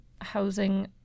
housing